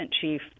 chief